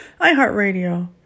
iHeartRadio